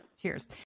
Cheers